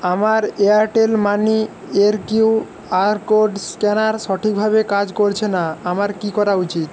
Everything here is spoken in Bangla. আমার এয়ারটেল মানি এর কিউআর কোড স্ক্যানার সঠিকভাবে কাজ করছে না আমার কি করা উচিত